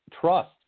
trust